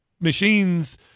Machines